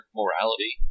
morality